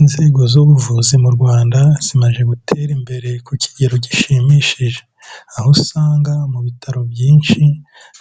Inzego z'ubuvuzi mu Rwanda zimaze gutera imbere ku kigero gishimishije aho usanga mu bitaro byinshi